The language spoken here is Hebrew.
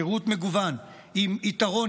שירות מגוון עם יתרון,